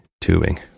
tubing